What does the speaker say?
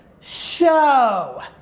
Show